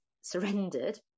surrendered